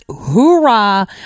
hoorah